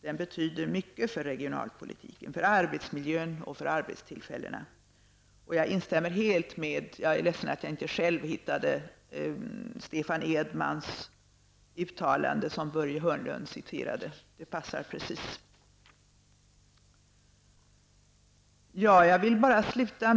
Den betyder mycket för regionalpolitiken, för arbetsmiljön och för arbetstillfällena. Jag är ledsen att jag själv inte hittade Stefan Edmans uttalande som Börje Hörnlund citerade. Det passar precis.